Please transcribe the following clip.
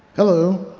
hello.